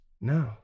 No